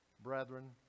Brethren